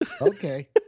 Okay